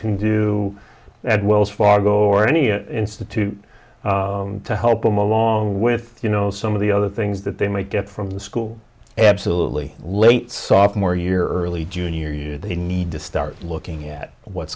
can do at wells fargo or any institute to help them along with you know some of the other things that they might get from the school absolutely late soft more year early junior year they need to start looking at what